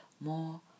more